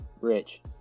rich